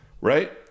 Right